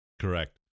Correct